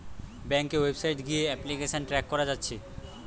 ব্যাংকের ওয়েবসাইট গিয়ে application track কোরা যাচ্ছে